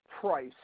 Price